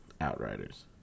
Outriders